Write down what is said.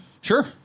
Sure